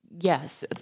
Yes